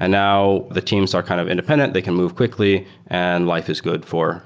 and now, the teams are kind of independent. they can move quickly and life is good for